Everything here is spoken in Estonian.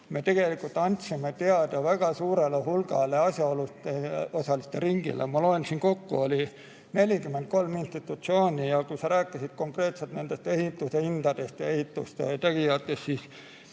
menetlusest me andsime teada väga suurele hulgale asjaosaliste ringile. Ma loen kokku: oli 43 institutsiooni. Kui sa rääkisid konkreetselt nendest ehitushindadest ja ehitustöö tegijatest, siis